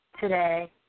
today